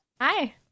Hi